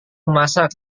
memasak